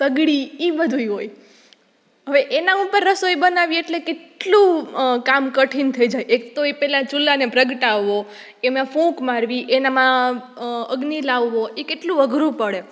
સઘડી એ બધું હોય હવે એના ઉપર રસોઈ બનાવીએ એટલે કેટલું કામ કઠિન થઈ જાય એક તો પહેલા એ ચૂલાને પ્રગટાવો એને ફૂંક મારવી એનામાં અગ્નિ લાવવો એ કેટલું અઘરું પડે